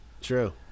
True